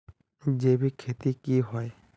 जैविक खेती की होय?